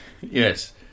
yes